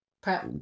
Prep